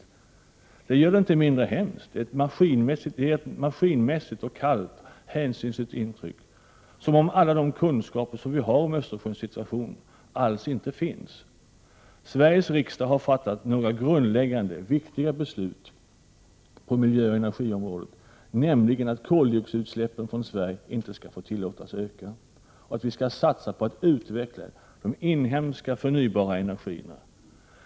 Det gör det inte mindre hemskt. Det ger ett maskinmässigt kallt och hänsynslöst intryck, som om alla de kunskaper vi har om Östersjöns situation alls inte finns. Sveriges riksdag har fattat några grundläggande viktiga beslut på miljöoch energiområdet, nämligen att koldioxidutsläppen från Sverige inte skall få tillåtas öka och att vi skall satsa på att utveckla de inhemska förnybara energislagen.